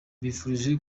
mbifurije